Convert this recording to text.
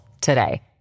today